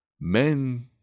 Men